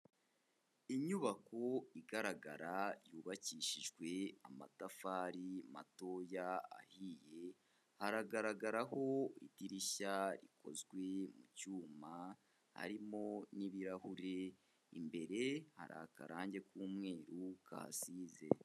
Inyubako igaragara yubakishijwe amatafari matoya ahiye, haragaragaraho idirishya rikozwe mu cyuma harimo n'ibirahure, imbere hari akarange k'umweru kahasize.